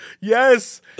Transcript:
Yes